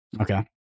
Okay